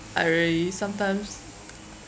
I really sometimes